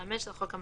ובשירות בתי הסוהר,